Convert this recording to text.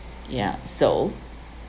yeah so